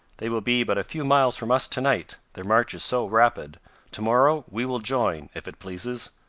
they will be but a few miles from us to-night, their march is so rapid to-morrow we will join, if it pleases.